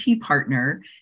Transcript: partner